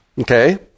Okay